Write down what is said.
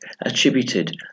attributed